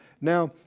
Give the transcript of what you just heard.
Now